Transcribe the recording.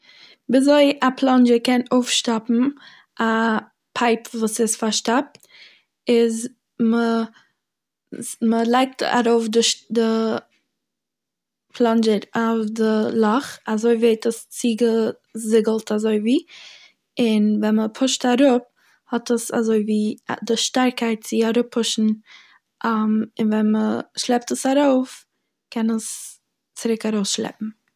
וויזוי א פלאנדזשער קען אויפשטאפן א פייפ וואס איז פארשטאפט איז מ'-ס'-מ'לייגט ארויף די ש- די פלאנדזשער אויף די לאך אזוי ווערט עס צוגעזיגלט אזויווי און ווען מ'פושט אראפ האט עס אזויווי א- די שטארקקייט צו אראפפושן און ווען מ'שלעפט עס ארויף קען עס צוריק ארויסשלעפן.